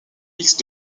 mixte